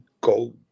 go